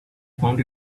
found